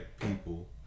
people